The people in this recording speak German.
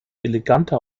eleganter